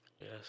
Yes